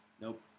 Nope